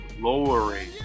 lowering